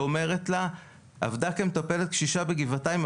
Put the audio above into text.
אומרת לה "..עבדה כמטפלת קשישה בגבעתיים,